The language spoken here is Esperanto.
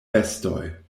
bestoj